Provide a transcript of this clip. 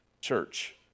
church